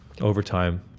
overtime